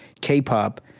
K-pop